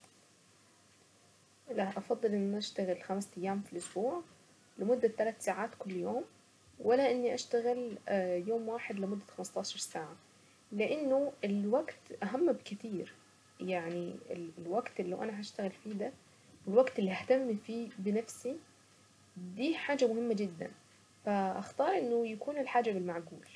لا افضل اني اشتغل خمس أيام في الاسبوع لمدة تلات ساعات كل يوم ولا اني اشتغل يوم واحد لمدة خمسة عشر ساعة. لانه الوقت اهم بكتير، يعني الوقت اللي انا هشتغل فيه ده والوقت اللي ههتم فيه بنفسي دي مهمة جدا. فاختار انه يكون الحاجة بالمعقول.